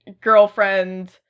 girlfriend